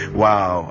wow